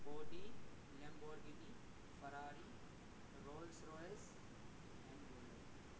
Audi Lamborghini Ferrari Rolls Royce and bolero